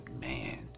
man